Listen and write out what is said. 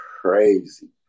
crazy